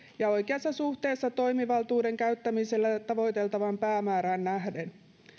ja oikeassa suhteessa toimivaltuuden käyttämisellä tavoiteltavaan päämäärään nähden